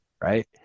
Right